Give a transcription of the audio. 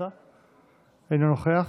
אינו נוכח,